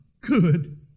Good